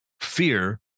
fear